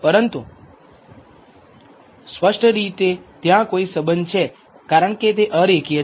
પરંતુ સ્પષ્ટ રીતે ત્યાં કોઈ સંબંધ છે કારણ કે તે અરેખીય છે